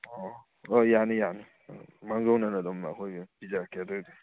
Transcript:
ꯑꯣ ꯑꯣ ꯌꯥꯅꯤ ꯌꯥꯅꯤ ꯃꯥꯡꯖꯧꯅꯅ ꯑꯗꯨꯝ ꯑꯩꯈꯣꯏ ꯄꯤꯖꯔꯛꯀꯦ ꯑꯗꯨꯒꯤꯗꯤ